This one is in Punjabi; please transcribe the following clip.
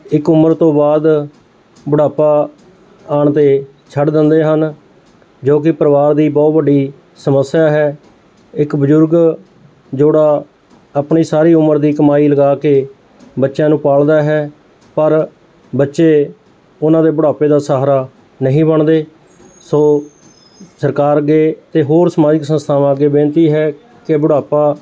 ਇੱਕ ਉਮਰ ਤੋਂ ਬਾਅਦ ਬੁਢਾਪਾ ਆਉਣ 'ਤੇ ਛੱਡ ਦਿੰਦੇ ਹਨ ਜੋ ਕਿ ਪਰਿਵਾਰ ਦੀ ਬਹੁਤ ਵੱਡੀ ਸਮੱਸਿਆ ਹੈ ਇੱਕ ਬਜ਼ੁਰਗ ਜੋੜਾ ਆਪਣੀ ਸਾਰੀ ਉਮਰ ਦੀ ਕਮਾਈ ਲਗਾ ਕੇ ਬੱਚਿਆਂ ਨੂੰ ਪਾਲਦਾ ਹੈ ਪਰ ਬੱਚੇ ਉਹਨਾਂ ਦੇ ਬੁਢਾਪੇ ਦਾ ਸਹਾਰਾ ਨਹੀਂ ਬਣਦੇ ਸੋ ਸਰਕਾਰ ਅੱਗੇ ਅਤੇ ਹੋਰ ਸਮਾਜਿਕ ਸੰਸਥਾਵਾਂ ਅੱਗੇ ਬੇਨਤੀ ਹੈ ਕਿ ਬੁਢਾਪਾ